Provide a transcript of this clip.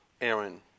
Aaron